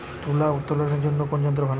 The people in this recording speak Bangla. তুলা উত্তোলনে কোন যন্ত্র ভালো?